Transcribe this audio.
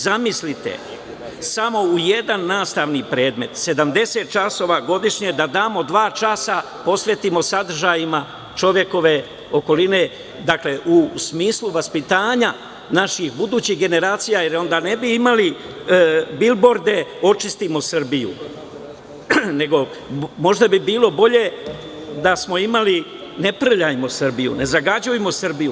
Zamislite, samo u jedan nastavni predmet, 70 časova godišnje, da samo dva časa posvetimo sadržajima čovekove okoline, u smislu vaspitanja naših budućih generacija, jer onda ne bi imali bilborde – Očistimo Srbiju, nego bi možda bilo bolje da smo imali – ne prljajmo Srbiju, ne zagađujmo Srbiju.